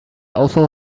also